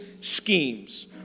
schemes